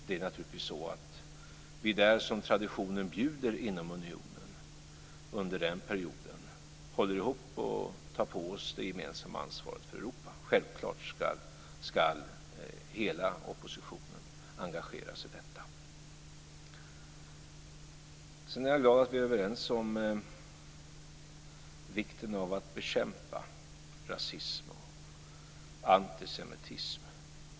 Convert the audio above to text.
Det är naturligtvis så att vi, som traditionen bjuder inom unionen, under den perioden håller ihop och tar på oss det gemensamma ansvaret för Europa. Självklart ska hela oppositionen engageras i detta. Jag är glad att vi är överens om vikten av att bekämpa rasism och antisemitism.